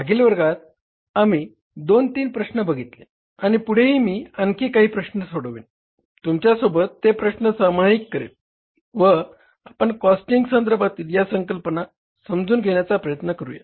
मागील वर्गात आपण दोन तीन प्रश्न बघितले आणि पुढेही मी आणखी काही प्रश्न सोडवेन तुमच्या सोबत ते प्रश्न सामायिक करेन व आपण कॉस्टिंग संदर्भातील या संकल्पना समजून घेण्याचा प्रयत्न करूया